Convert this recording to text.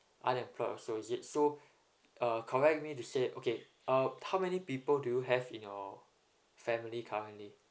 unemployed also is it so uh correct me to say okay um how many people do you have in your family currently